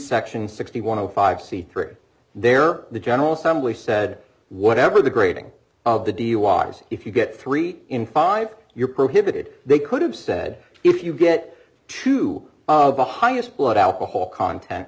section sixty one of five c three there the general assembly said whatever the grading of the deal waters if you get three in five you're prohibited they could have said if you get to the highest blood alcohol content